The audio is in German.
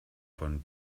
von